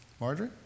Marjorie